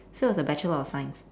so it was a bachelor of science